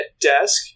desk